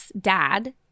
dad